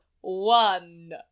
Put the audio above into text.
one